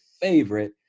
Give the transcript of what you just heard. favorite